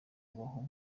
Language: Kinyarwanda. babaho